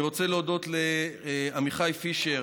אני רוצה להודות לעמיחי פישר